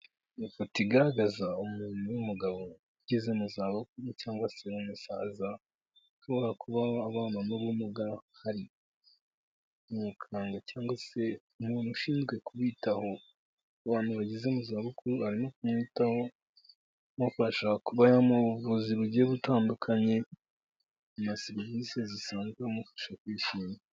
Ni ifoto igaragaza umuntu w'umugabo ugeze mu zabukuru cyangwase umusaza ushobora kuba abana b'ubumuga, hari umuganga cyangwase umuntu ushinzwe kubitaho abantu bageze mu zabukuru, arimo kumwitaho, amufasha kuba yamuha ubuvuzi bugiye butandukanye, akamuha serivisi zisanzwe amufasha kwishima.